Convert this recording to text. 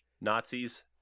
Nazis